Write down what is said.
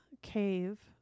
cave